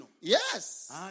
Yes